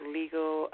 legal